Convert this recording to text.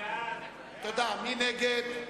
מי נגד?